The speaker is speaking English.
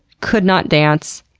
could not dance,